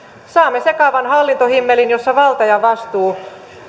saamme sekavan hallintohimmelin jossa valta ja vastuu